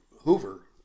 Hoover